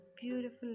beautiful